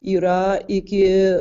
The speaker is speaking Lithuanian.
yra iki